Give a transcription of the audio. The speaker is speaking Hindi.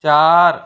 चार